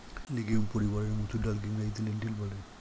legume পরিবারের মুসুর ডালকে ইংরেজিতে লেন্টিল বলে